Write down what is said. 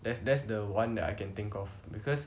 that's that's the one that I can think of because